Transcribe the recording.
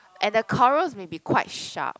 and the corals may be quite sharp